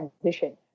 transition